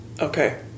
Okay